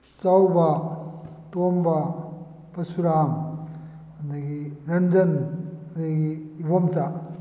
ꯆꯥꯎꯕ ꯇꯣꯝꯕ ꯄꯁꯨꯔꯥꯝ ꯑꯗꯨꯗꯒꯤ ꯔꯟꯖꯟ ꯑꯗꯨꯗꯒꯤ ꯏꯕꯣꯝꯆꯥ